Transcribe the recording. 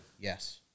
Yes